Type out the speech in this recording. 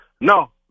No